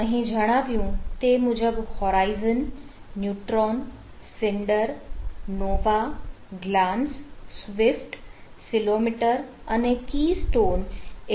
તો અહીં જણાવ્યું તે મુજબ હોરાઇઝન એ મુખ્ય ઘટકો છે